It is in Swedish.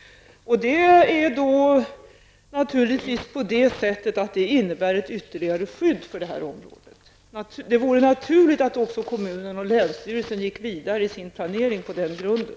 Det innebär naturligtvis ett ytterligare skydd för området. Det vore naturligt att kommunen och länsstyrelsen gick vidare i planeringen på den grunden.